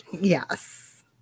Yes